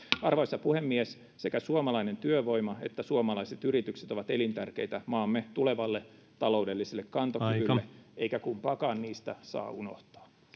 arvoisa puhemies sekä suomalainen työvoima että suomalaiset yritykset ovat elintärkeitä maamme tulevalle taloudelliselle kantokyvylle eikä kumpaakaan niistä saa unohtaa